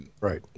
Right